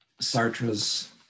Sartre's